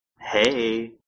Hey